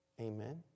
Amen